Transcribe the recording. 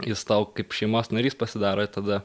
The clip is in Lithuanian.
jis tau kaip šeimos narys pasidaro ir tada